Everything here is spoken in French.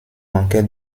manquait